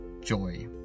joy